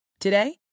Today